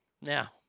Now